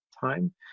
time